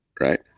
Right